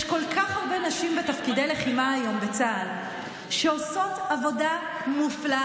יש כל כך הרבה נשים בתפקידי לחימה היום בצה"ל שעושות עבודה מופלאה.